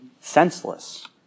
senseless